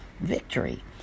victory